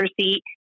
seat